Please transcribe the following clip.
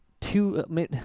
two